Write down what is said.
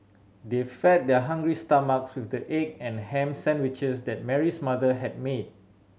they fed their hungry stomachs with the egg and ham sandwiches that Mary's mother had made